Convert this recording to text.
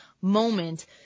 moment